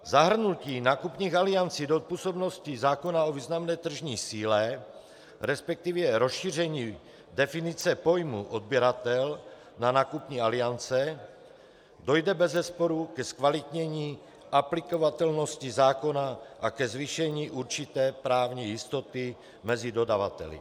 Zahrnutím nákupních aliancí do působnosti zákona o významné tržní síle, resp. rozšířením definice pojmu odběratel na nákupní aliance, dojde bezesporu ke zkvalitnění aplikovatelnosti zákona a ke zvýšení určité právní jistoty mezi dodavateli.